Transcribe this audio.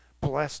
bless